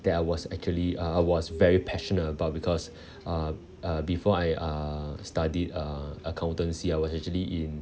that I was actually uh was very passionate about because uh uh before I uh studied uh accountancy I was actually in